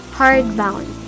hardbound